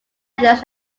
ethers